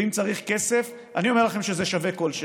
ואם צריך כסף, אני אומר לכם שזה שווה כל שקל.